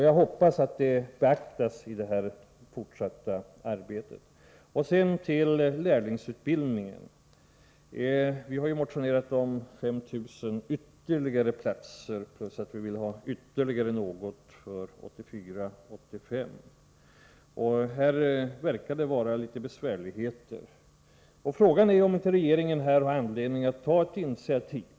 Jag hoppas att detta beaktas i det fortsatta arbetet. Sedan till lärlingsutbildningen. Vi har motionerat om ytterligare 5 000 platser plus att vi vill ha ytterligare något för 1984/85. Här verkar det vara litet besvärligheter, och frågan är om inte regeringen har anledning att ta ett initiativ.